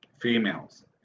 females